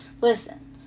Listen